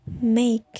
Make